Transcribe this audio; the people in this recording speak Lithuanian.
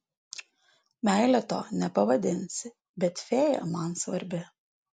meile to nepavadinsi bet fėja man svarbi